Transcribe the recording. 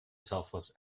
selfless